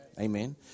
Amen